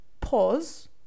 pause